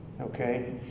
Okay